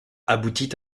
aboutit